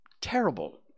terrible